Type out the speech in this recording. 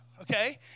okay